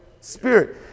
Spirit